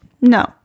No